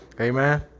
Amen